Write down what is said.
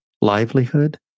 livelihood